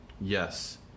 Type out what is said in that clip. Yes